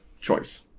choice